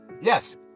Yes